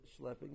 schlepping